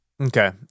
Okay